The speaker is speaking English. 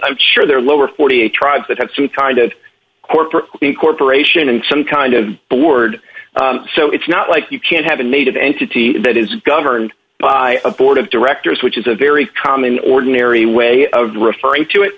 i'm sure there are lower forty eight tribes that have some kind of corporate incorporation and some kind of board so it's not like you can have a native entity that is governed by a board of directors which is a very common ordinary way of referring to it